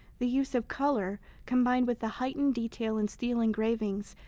the use of color, combined with the heightened detail in steel engravings,